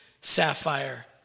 Sapphire